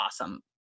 awesome